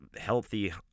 healthy